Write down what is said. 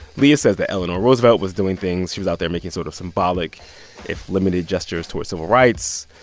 leah says that eleanor roosevelt was doing things. she was out there making sort of symbolic if limited gestures toward civil rights.